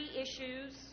issues